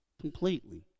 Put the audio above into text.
completely